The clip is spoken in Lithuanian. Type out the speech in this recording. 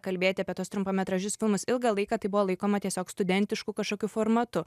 kalbėti apie tuos trumpametražius filmus ilgą laiką tai buvo laikoma tiesiog studentišku kažkokiu formatu